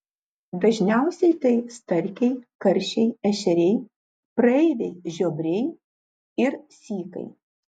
dažniausiai tai starkiai karšiai ešeriai praeiviai žiobriai ir sykai